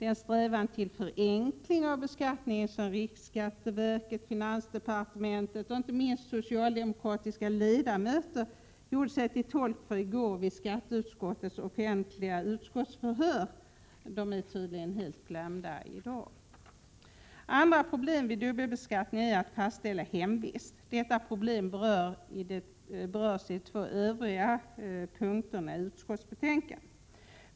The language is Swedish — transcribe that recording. Den strävan till förenkling av beskattningen som riksskatteverket, finansdepartementet och inte minst socialdemokratiska ledamöter gjorde sig till tolk för i går vid skatteutskottets offentliga utskottsförhör är tydligen helt glömd i dag. Ett annatproblem vid dubbelbeskattning är att fastställa hemvist. Detta problem berörs i de två övriga punkterna i utskottsbetänkandet.